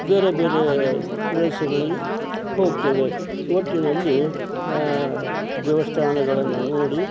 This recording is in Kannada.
ಬೇರೆ ಬೇರೆ ಪ್ರದೇಶಗಳಿಗೆ ಹೋಗ್ತೇವೆ ಒಟ್ಟಿನಲ್ಲಿ ದೇವಸ್ಥಾನಗಳನ್ನು ನೋಡಿ